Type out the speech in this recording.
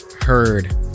heard